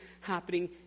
happening